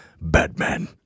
Batman